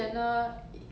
I mean